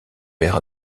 père